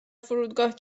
فرودگاه